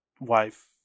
wife